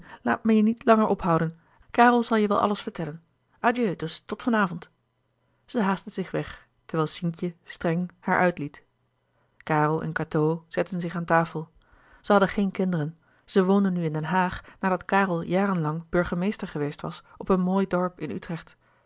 laat mij je niet langer ophouden karel zal je wel alles vertellen adieu dus tot van avond zij haastte zich weg terwijl sientje streng haar uitliet karel en cateau zetten zich aan tafel zij hadden geene kinderen zij woonden nu in louis couperus de boeken der kleine zielen den haag nadat karel jaren lang burgemeester geweest was op een mooi dorp in utrecht